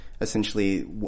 essentially